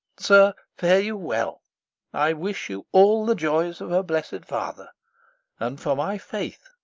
sir, fare you well i wish you all the joys of a bless'd father and, for my faith,